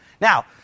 Now